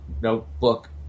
notebook